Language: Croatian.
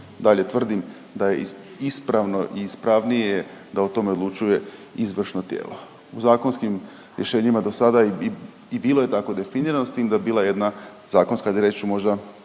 dalje tvrdim da je ispravno i ispravnije da o tome odlučuje izvršno tijelo. U zakonskim rješenjima do sada je i bilo je tako definirano s time da je bila jedna zakonska ajde reći ću možda,